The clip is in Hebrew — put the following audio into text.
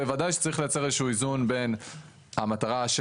בוודאי שצריך לייצר איזשהו איזון בין המטרה של